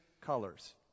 colors